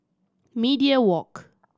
Media Walk